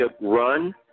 run